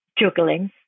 juggling